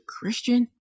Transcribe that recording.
Christian